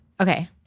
okay